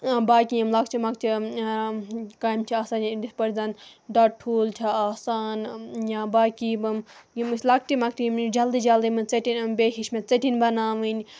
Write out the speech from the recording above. باقٕے یِم لَکچہِ مکچہِ کامہِ چھِ آسان یعنی یِتھ پٲٹھۍ زَنہٕ دۄدٕ ٹھوٗل چھِ آسان یا باقٕے یِم أسۍ لَکٹی مَکٹی یِم یِم جلدی جلدی منٛز ژیٚٹِنۍ بیٚیہِ ہیٚچھ مےٚ ژیٚٹِنۍ بَناوٕنۍ